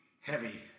heavy